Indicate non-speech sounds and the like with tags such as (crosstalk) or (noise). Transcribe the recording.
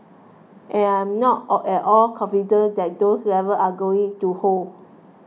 I'm not all at all confident that those (unintelligible) are going to hold